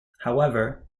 however